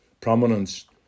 prominence